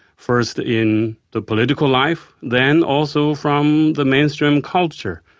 first in the political life then also from the mainstream culture.